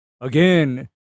again